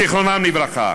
זיכרונם לברכה.